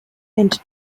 and